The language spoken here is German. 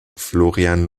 florian